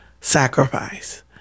sacrifice